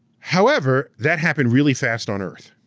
however, that happened really fast on earth.